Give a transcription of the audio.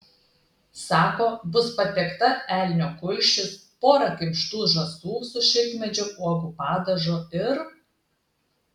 sako bus patiekta elnio kulšis pora kimštų žąsų su šilkmedžio uogų padažu ir